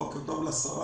בוקר טוב לשרה,